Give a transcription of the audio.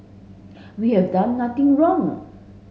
we have done nothing wrong